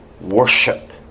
worship